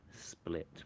split